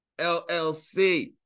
LLC